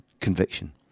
conviction